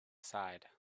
side